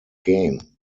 game